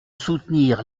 soutenir